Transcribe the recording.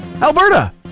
Alberta